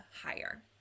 higher